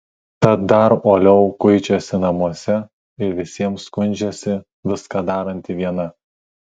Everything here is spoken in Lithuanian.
tad dar uoliau kuičiasi namuose ir visiems skundžiasi viską daranti viena